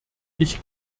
ich